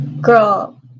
girl